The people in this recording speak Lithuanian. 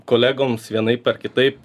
kolegoms vienaip ar kitaip